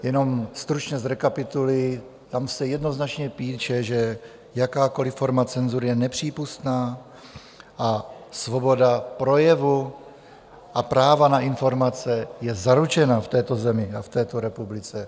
Jenom stručně zrekapituluji: tam se jednoznačně píše, že jakákoli forma cenzury je nepřípustná, svoboda projevu a práva na informace je zaručena v této zemi a v této republice.